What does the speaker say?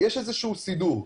יש איזשהו סידור.